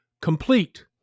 complete